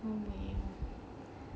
okay